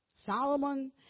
Solomon